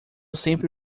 sempre